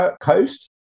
Coast